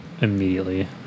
immediately